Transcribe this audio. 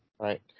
Right